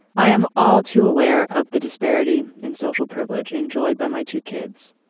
i am all too aware of the disparity in social privilege enjoyed by my two kids.